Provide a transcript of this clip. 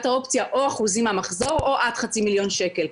אופציה או אחוזים מהמחזור או עד חצי מיליון שקל.